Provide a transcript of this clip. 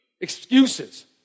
Excuses